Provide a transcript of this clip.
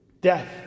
death